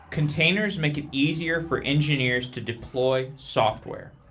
containers make it easier for engineers to deploy software.